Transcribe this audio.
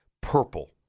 purple